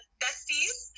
besties